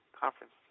conference